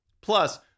Plus